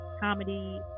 comedy